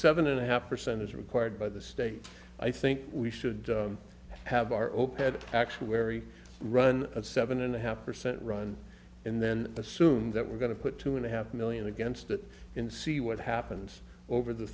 seven and a half percent is required by the state i think we should have our open actuary run at seven and a half percent run and then assume that we're going to put two and a half million against it and see what happens over the